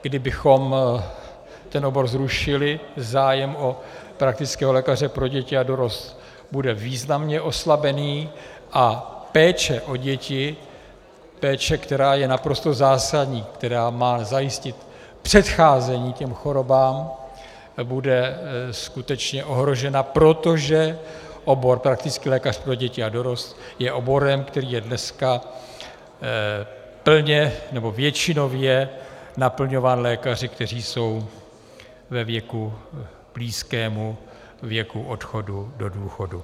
Kdybychom tento obor zrušili, zájem o praktického lékaře pro děti a dorost bude významně oslabený a péče o děti, péče, která je naprosto zásadní, která má zajistit předcházení chorobám, bude skutečně ohrožena, protože obor praktický lékař pro děti a dorost je oborem, který je dneska plně, nebo většinově naplňován lékaři, kteří jsou ve věku blízkému věku odchodu do důchodu.